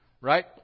right